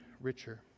richer